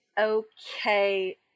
okay